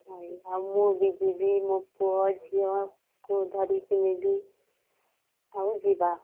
ଆଉ ମୁଁ ବି ଯିବି ମୋ ପୁଅ ଝିଅକୁ ଧରିକି ନେବି ଆଉ ଯିବା